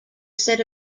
set